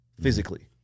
physically